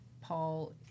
Paul